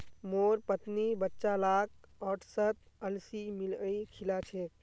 मोर पत्नी बच्चा लाक ओट्सत अलसी मिलइ खिला छेक